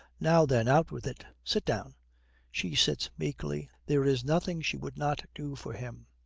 now, then, out with it. sit down she sits meekly there is nothing she would not do for him.